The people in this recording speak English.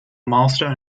milestone